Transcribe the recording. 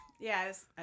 Yes